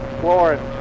Florence